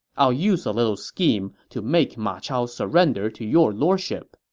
i'll use a little scheme to make ma chao surrender to your lordship.